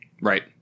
Right